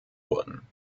wurden